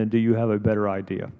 and do you have a better idea